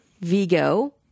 Vigo